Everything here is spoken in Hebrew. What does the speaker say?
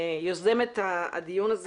יוזמת הדיון הזה,